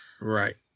Right